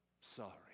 sorry